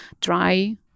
try